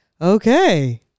okay